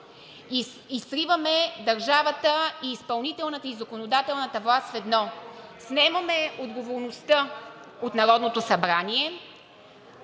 и сливаме държавата, изпълнителната и законодателната власт в едно. Снемаме отговорността от Народното събрание.